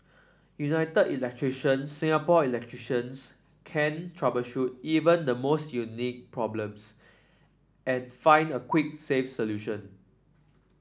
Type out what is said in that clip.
United Electrician Singapore electricians can troubleshoot even the most unique problems and find a quick safe solution